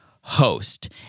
host